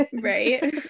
Right